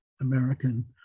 American